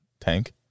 tank